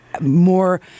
more